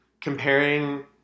comparing